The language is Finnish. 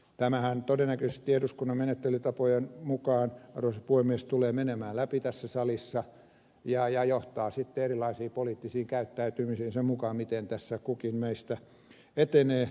tämähän todennäköisesti eduskunnan menettelytapojen mukaan arvoisa puhemies tulee menemään läpi tässä salissa ja johtaa sitten erilaisiin poliittisiin käyttäytymisiin sen mukaan miten tässä kukin meistä etenee